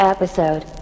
Episode